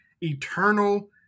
eternal